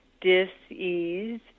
dis-ease